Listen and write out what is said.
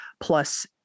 plus